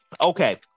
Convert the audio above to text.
Okay